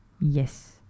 Yes